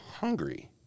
hungry